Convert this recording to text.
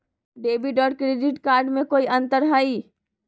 Debit और credit card में कई अंतर हई?